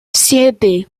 siete